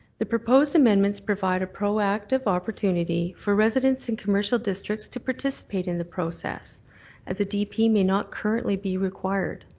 the proposed amendments provide a proactive opportunity for residents and commercial districts to participate in the process as a dp may not currently be required.